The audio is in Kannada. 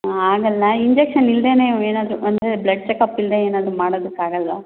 ಆಮೇಲೆ ನಾನು ಇಂಜೆಕ್ಷನ್ ಇಲ್ಲದೇನೆ ಏನಾದರೂ ಅಂದರೆ ಬ್ಲಡ್ ಚಕಪ್ ಇಲ್ಲದೆ ಏನಾದರೂ ಮಾಡೋದಕ್ಕಾಗಲ್ವ